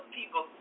people